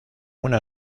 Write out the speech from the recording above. una